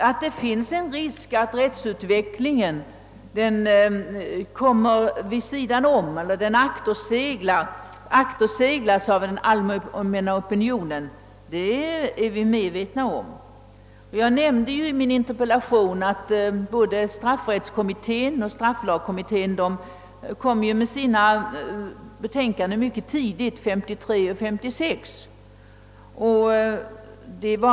Att det föreligger risk att rättsutvecklingen akterseglas av den allmänna opinionen är vi medvetna om. Jag nämnde i min interpellation att både straffrättskommittén och strafflagskommittén kom med sina betänkanden mycket tidigt, 1953 respektive 1956.